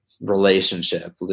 relationship